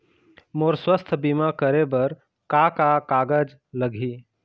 मोर स्वस्थ बीमा करे बर का का कागज लगही?